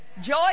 Joy